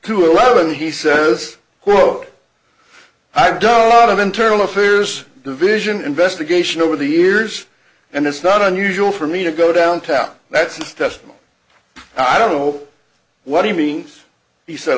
two eleven he says quote i've done a lot of internal affairs division investigation over the years and it's not unusual for me to go downtown that step i don't know what he means he said